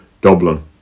Dublin